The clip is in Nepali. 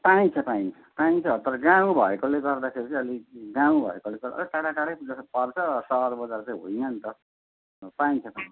पाइन्छ पाइन्छ पाइन्छ तर गाउँ भएकोले गर्दाखेरि चाहिँ अलिक गाउँ भएकोले गर्दा अलिक टाढा टाढै जस्तो पर्छ सहर बजार चाहिँ होइनन् त पाइन्छ पाइन्छ